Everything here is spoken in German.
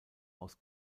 aus